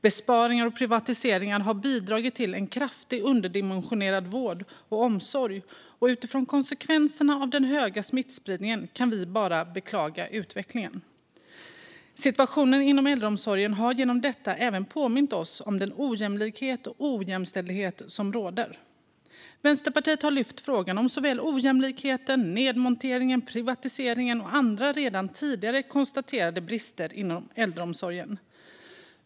Besparingar och privatiseringar har bidragit till en kraftigt underdimensionerad vård och omsorg, och utifrån konsekvenserna av den höga smittspridningen kan vi bara beklaga utvecklingen. Situationen inom äldreomsorgen har genom detta även påmint oss om den ojämlikhet och ojämställdhet som råder. Vänsterpartiet har lyft upp såväl ojämlikheten som nedmonteringen, privatiseringen och andra redan konstaterade brister när det gäller äldreomsorgen.